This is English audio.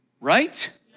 right